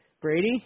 Brady